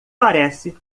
parece